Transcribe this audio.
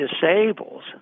disables